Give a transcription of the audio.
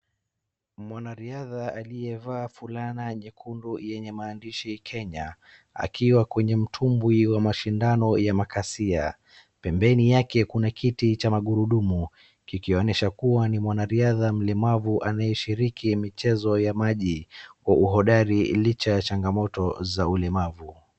Mwanariadha aliyevaa fulana nyekundu yenye maandishi Kenya akiwa kwenye mtumbwi wa mashindano ya makasia. Pembeni yake kuna kiti cha magurudumu kikionesha kuwa ni mwanariadha mlemavu anayeshiriki michezo ya maji kwa uhodari licha ya changamoto za ulemavu.